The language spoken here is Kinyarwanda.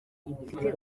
mfite